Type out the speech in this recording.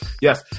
yes